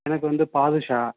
எனக்கு வந்து பாதுஷா